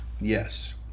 Yes